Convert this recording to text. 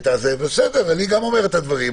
גם אני אומר את הדברים,